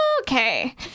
okay